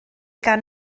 gan